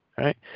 right